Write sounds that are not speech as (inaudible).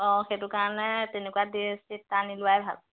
অঁ সেইটো কাৰণে তেনেকুৱা (unintelligible) আনি লোৱাই ভাল